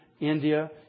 India